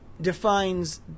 defines